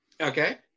Okay